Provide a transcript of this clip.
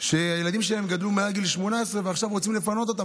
שהילדים שלהן גדלו והם מעל גיל 18 ועכשיו רוצים לפנות אותן,